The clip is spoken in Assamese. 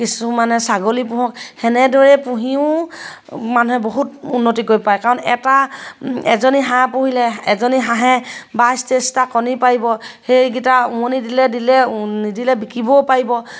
কিছুমানে ছাগলী পোহক সেনেদৰে পুহিও মানুহে বহুত উন্নতি কৰিব পাৰে কাৰণ এটা এজনী হাঁহ পুহিলে এজনী হাঁহে বাইছ তেইছটা কণী পাৰিব সেইকেইটা উমনি দিলে দিলে নিদিলে বিকিবও পাৰিব